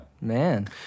Man